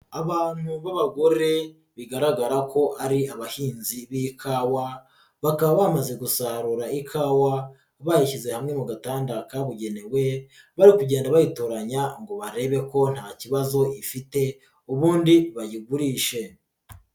Abantu b'abagore bigaragara ko ari abahinzi b'ikawa bakaba bamaze gusarura ikawa bayishyize hamwe mu gatanda kabugenewe, bari kugenda bayitoranya ngo barebe ko nta kibazo ifite ubundi bayigurishe.